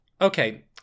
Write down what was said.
okay